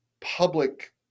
public